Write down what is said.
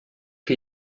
que